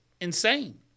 insane